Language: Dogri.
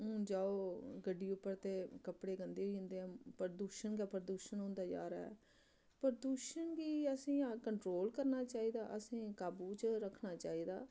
हून जाओ गड्डी उप्पर ते कपड़े गंदे होई जंदे प्रदूशन गै प्रदूशन होंदा जादा ऐ प्रदूशन गी असेंगी कंट्रोल करना चाहिदा असेंगी काबू च रक्खना चाहिदा